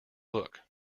look